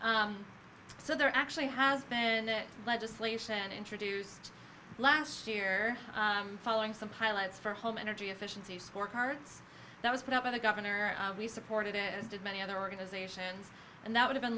d so there actually has been legislation introduced last year following some pilots for home energy efficiency scorecards that was put out by the governor we supported it as did many other organizations and that would've been